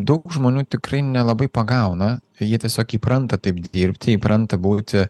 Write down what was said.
daug žmonių tikrai nelabai pagauna jie tiesiog įpranta taip dirbti įpranta būti